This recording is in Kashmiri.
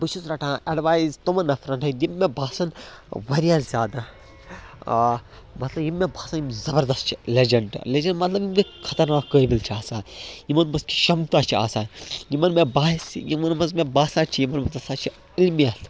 بہٕ چھُس رَٹان اٮ۪ڈوایز تِمَن نفرن ہِنٛدۍ یِم مےٚ باسَن واریاہ زیادٕ مطلب یِم مےٚ باسَن یِم زَبردَس چھِ لٮ۪جَنڈ لیٚجَنڈ مطلب یِم مےٚ خطرناک قٲبِل چھِ آسان یِمَن منٛز کہِ شمتا چھِ آسان یِمَن مےٚ باسہِ یِمَن منٛز مےٚ باسان چھِ یِمَن منٛز ہَسا چھِ علمِیت